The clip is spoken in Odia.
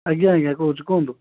ଆଜ୍ଞା ଆଜ୍ଞା କହୁଛି କୁହନ୍ତୁ